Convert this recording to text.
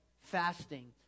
fasting